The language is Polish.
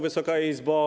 Wysoka Izbo!